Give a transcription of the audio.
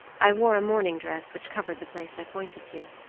i wore a morning dress, which covered the place i pointed to.